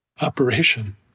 operation